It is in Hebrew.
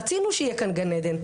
רצינו שיהיה כאן גן עדן,